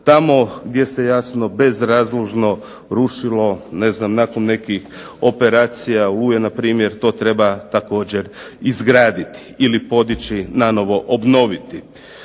Tamo gdje se jasno bezrazložno rušilo, ne znam nakon nekih operacija "Oluje" npr. to treba također izgraditi ili podići nanovo, obnoviti.